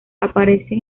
aparecen